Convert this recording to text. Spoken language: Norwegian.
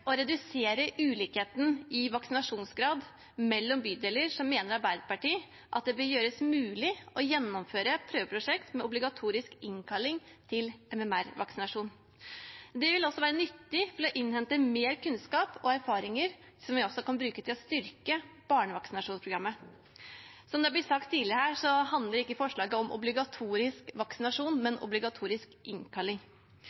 redusere ulikheten i vaksinasjonsgrad mellom bydeler mener Arbeiderpartiet at det bør gjøres mulig å gjennomføre prøveprosjekt med obligatorisk innkalling til MMR-vaksinasjon. Det vil også være nyttig for å innhente mer kunnskap og erfaringer, som vi også kan bruke til å styrke barnevaksinasjonsprogrammet. Som det er blitt sagt tidligere her, handler ikke forslaget om obligatorisk vaksinasjon,